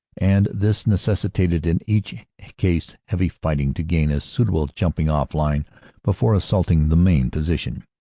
and this necessitated in each case heavy fighting to gain a suitable jumping-off line before assaulting the main position.